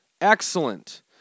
Excellent